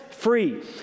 Free